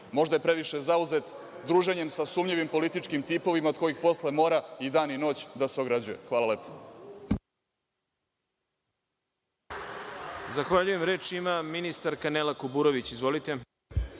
Možda je previše zauzet druženjem sa sumnjivim političkim tipovima od kojih posle mora i dan i noć da se ograđuje. Hvala lepo.